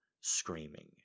screaming